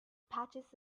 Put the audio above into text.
patches